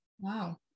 Wow